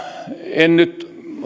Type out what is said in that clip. en nyt